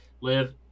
Live